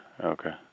okay